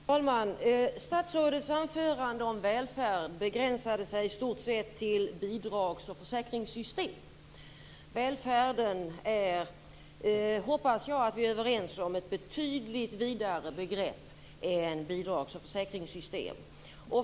Fru talman! Statsrådets anförande om välfärd begränsade sig i stort sett till bidrags och försäkringssystem. Jag hoppas att vi är överens om att välfärd är ett betydligt vidare begrepp än bidrags och försäkringssystem.